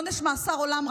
עונש מאסר עולם,